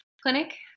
clinic